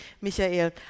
Michael